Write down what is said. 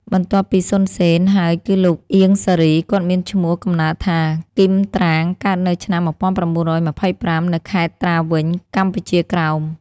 បន្ទាប់ពី សុន សេន ហើយគឺលោក អៀង សារី គាត់មានឈ្មោះកំណើតថា គីម ត្រាង កើតនៅឆ្នាំ១៩២៥ នៅខេត្តត្រាវិញ កម្ពុជាក្រោម។